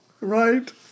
Right